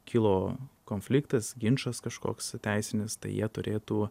kilo konfliktas ginčas kažkoks teisinis tai jie turėtų